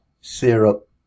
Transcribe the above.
Syrup